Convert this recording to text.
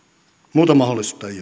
muuta mahdollisuutta ei